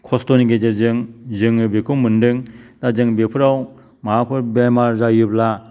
खस्थ'नि गेजेरजों जोङो बेखौ मोन्दों दा जों बेफोराव माबाफोर बेमार जायोब्ला